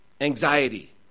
anxiety